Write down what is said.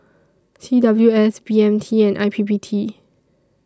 C W S B M T and I P P T